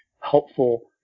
helpful